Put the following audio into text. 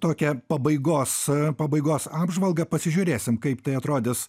tokia pabaigos pabaigos apžvalgą pasižiūrėsim kaip tai atrodys